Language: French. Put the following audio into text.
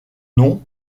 nom